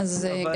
אבל --- אז גם.